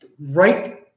right